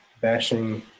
bashing